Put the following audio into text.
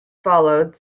followed